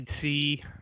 see